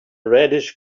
reddish